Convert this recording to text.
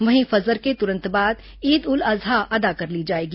वहीं फजर के तुरंत बाद ईद उल अजहा अदा कर ली जाएगी